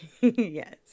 Yes